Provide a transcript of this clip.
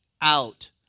out